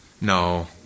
No